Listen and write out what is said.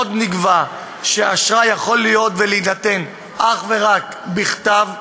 עוד נקבע שאשראי יכול להיות ולהינתן אך ורק בכתב,